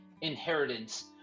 inheritance